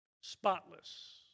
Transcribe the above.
spotless